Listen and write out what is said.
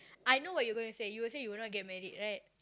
I know what you going to say you would say you would not get married [right]